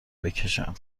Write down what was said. بکشم